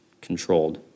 controlled